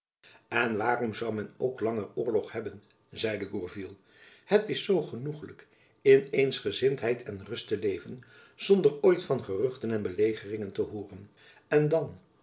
en waarom zoû men ook langer oorlog hebben zeide gourville het is zoo genoegelijk in eensgezindheid en rust te leven zonder ooit van geruchten en belegeringen te hooren en dan